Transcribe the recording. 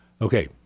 Okay